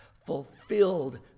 fulfilled